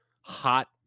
hot